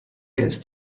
ist